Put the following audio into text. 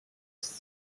ist